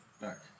back